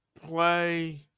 play